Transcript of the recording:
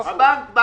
הבנק אומר